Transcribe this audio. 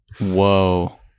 whoa